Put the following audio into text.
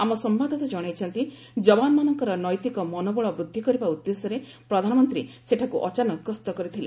ଆମ ସମ୍ଭାଦଦାତା ଜଣାଇଛନ୍ତି ଯବାନମାନଙ୍କର ନୈତିକ ମନୋବଳ ବୃଦ୍ଧି କରିବା ଉଦ୍ଦେଶ୍ୟରେ ପ୍ରଧାନମନ୍ତ୍ରୀ ସେଠାକୁ ଅଚାନକ ଗସ୍ତ କରିଥିଲେ